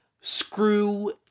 screw